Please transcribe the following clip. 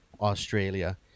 Australia